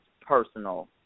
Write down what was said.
personal